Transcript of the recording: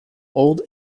old